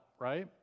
right